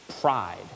pride